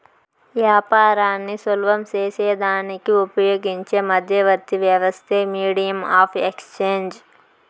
యాపారాన్ని సులభం సేసేదానికి ఉపయోగించే మధ్యవర్తి వ్యవస్థే మీడియం ఆఫ్ ఎక్స్చేంజ్